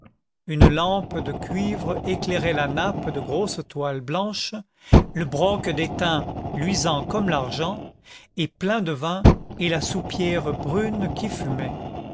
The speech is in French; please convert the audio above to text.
une lampe de cuivre éclairait la nappe de grosse toile blanche le broc d'étain luisant comme l'argent et plein de vin et la soupière brune qui fumait